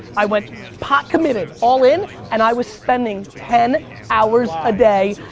i went pot committed, all-in and i was spending ten hours a day.